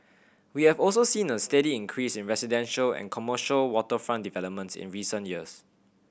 we have also seen a steady increase in residential and commercial waterfront developments in recent years